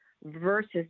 versus